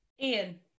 Ian